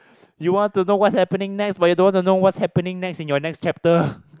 you want to know what's happening next but you don't want to know what's happening next in your next chapter